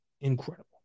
incredible